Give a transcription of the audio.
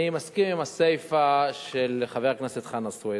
אני מסכים עם הסיפא של חבר הכנסת חנא סוייד,